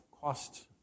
cost